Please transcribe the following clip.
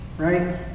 Right